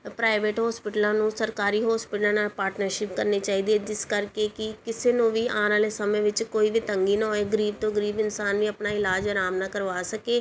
private ਹੋਸਪੀਟਲਾਂ ਨੂੰ ਸਰਕਾਰੀ ਹੋਸਪੀਟਲਾਂ ਨਾਲ ਪਾਟਨਰਸ਼ਿਪ ਕਰਨੀ ਚਾਹੀਦੀ ਹੈ ਜਿਸ ਕਰਕੇ ਕਿ ਕਿਸੇ ਨੂੰ ਵੀ ਆਉਣ ਆਲੇ ਸਮੇਂ ਵਿੱਚ ਕੋਈ ਵੀ ਤੰਗੀ ਨਾ ਹੋਏ ਗਰੀਬ ਤੋਂ ਗਰੀਬ ਇਨਸਾਨ ਵੀ ਆਪਣਾ ਇਲਾਜ ਅਰਾਮ ਨਾਲ ਕਰਵਾ ਸਕੇ